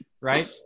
right